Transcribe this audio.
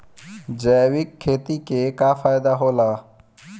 जैविक खेती क का फायदा होला?